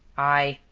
i,